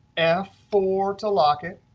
f four to lock it.